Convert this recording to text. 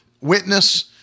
witness